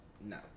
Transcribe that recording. No